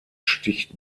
sticht